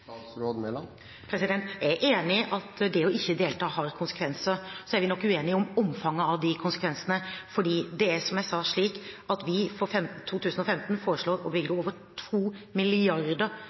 Jeg er enig i at ikke å delta har konsekvenser. Så er vi nok uenige om omfanget av konsekvensene, fordi det er, som jeg sa, slik at vi for 2015 foreslår å bevilge over